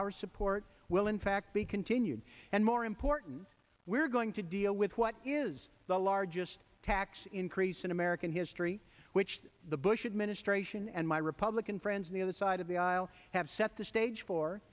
our support will in fact be continued and more important we're going to deal with what is the largest tax increase in american history which the bush administration and my republican friends on the other side of the aisle have set the stage for